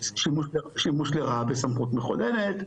סמכות לרעה בסמכות מכוננת,